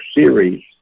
series